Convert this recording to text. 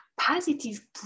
positive